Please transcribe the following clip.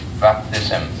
baptism